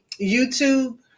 youtube